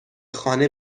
خانه